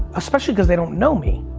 especially cause they don't know me.